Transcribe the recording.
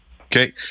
Okay